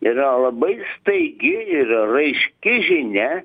yra labai staigi ir raiški žinia